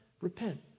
repent